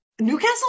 Newcastle